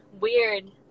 weird